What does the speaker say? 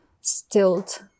stilt